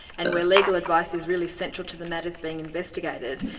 and where legal advice is really central to the matters being investigated,